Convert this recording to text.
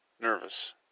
nervous